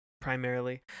primarily